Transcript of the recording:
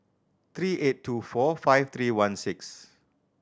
three eight two four five three one six